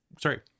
Sorry